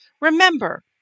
Remember